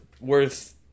worth